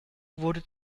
wurde